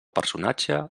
personatge